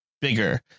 bigger